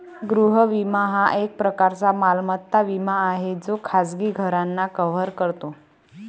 गृह विमा हा एक प्रकारचा मालमत्ता विमा आहे जो खाजगी घरांना कव्हर करतो